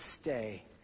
stay